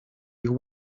ich